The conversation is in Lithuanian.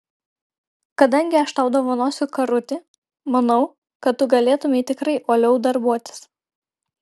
kadangi aš tau dovanosiu karutį manau kad tu galėtumei tikrai uoliau darbuotis